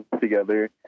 together